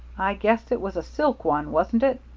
i guess it was a silk one, wasn't it